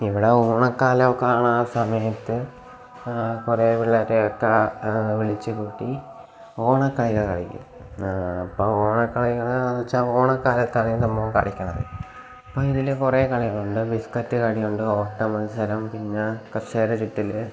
ഇവിടെ ഓണക്കാലമൊക്കെ ആണെങ്കിൽ ആ സമയത്ത് കുറേ പിള്ളാരൊക്കെ വിളിച്ച് കൂട്ടി ഓണക്കളികൾ കളിക്കും അപ്പം ഓണക്കളികൾ എന്ന് വെച്ചാൽ ഓണക്കാലത്താണ് ഈ സംഭവം കളിക്കുന്നത് അപ്പം ഇതിൻ്റെ കുറേ കളികളുണ്ട് ബിസ്കറ്റ് കളിയുണ്ട് ഓട്ടമത്സരം പിന്നെ കസേര ചുറ്റൽ